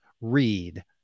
read